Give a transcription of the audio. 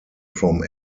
from